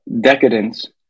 Decadence